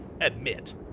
admit